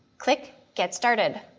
click get started.